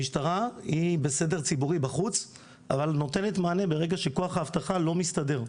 המשטרה היא בסדר ציבורי בחוץ אבל נותנת מענה ברגע שכוח האבטחה לא מסתדר,